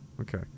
Okay